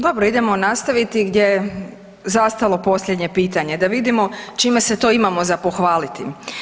Dobro idemo nastaviti gdje je zastalo posljednje pitanje, da vidimo čime se to imamo za pohvaliti.